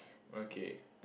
okay